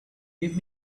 give